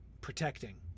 protecting